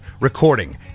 recording